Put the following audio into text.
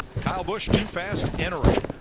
kind of but too fast entering.